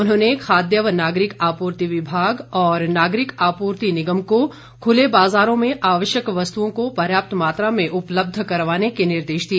उन्होंने खाद्य व नागरिक आपूर्ति विभाग और नागरिक आपूर्ति निगम को खुले बाज़ारों में आवश्यक वस्तुओं को पर्याप्त मात्रा में उपलब्ध करवाने के निर्देश दिए